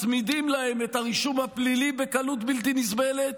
מצמידים להם את הרישום הפלילי בקלות בלתי נסבלת,